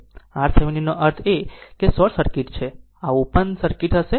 તેથી RThevenin નો અર્થ છે કે આ શોર્ટ છે અને આ ઓપન સર્કિટ હશે